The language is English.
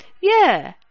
Yeah